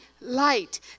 light